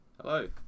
Hello